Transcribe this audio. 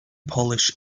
polish